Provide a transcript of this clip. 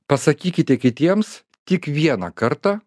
pasakykite kitiems tik vieną kartą